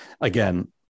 Again